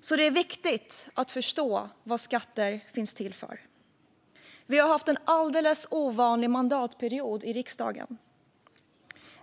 så det är viktigt att förstå vad skatter finns till för. Vi har haft en alldeles ovanlig mandatperiod i riksdagen.